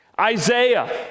Isaiah